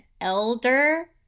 elder